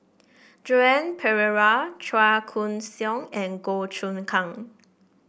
Joan Pereira Chua Koon Siong and Goh Choon Kang